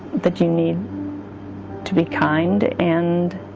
that you need to be kind and